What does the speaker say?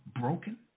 broken